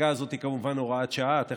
החקיקה הזאת, כמובן, היא הוראת שעה.